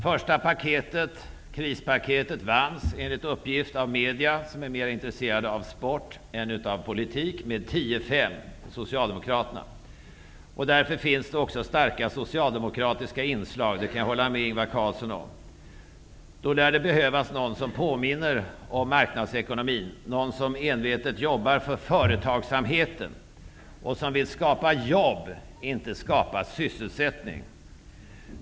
Det första krispaketet vanns -- enligt uppgift i media, som är mera intresserade av sport än av politik -- med 10-5 av Socialdemokraterna. Därför finns där också starka socialdemokratiska inslag -- det kan jag hålla med Ingvar Carlsson om. Det lär då behövas någon som påminner om marknadsekonomin, någon som envetet jobbar för företagsamheten och som vill skapa jobb, inte skapa sysselsättning.